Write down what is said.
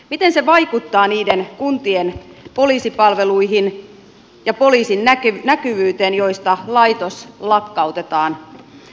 miten se vaikuttaa poliisipalveluihin ja poliisin näkyvyyteen niissä kunnissa joista laitos lakkautetaan